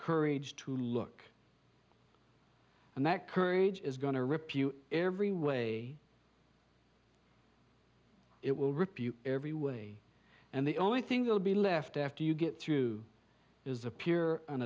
courage to look and that courage is going to rip you every way it will rip you every way and the only thing will be left after you get through is a pure